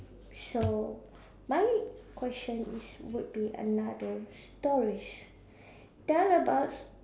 so my question is would be another stories tell about